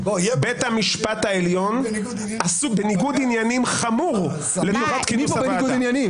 בית המשפט העליון בניגוד עניינים חמור לטובת כינוס הוועדה.